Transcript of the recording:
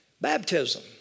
Baptism